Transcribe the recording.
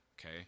Okay